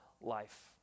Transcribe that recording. life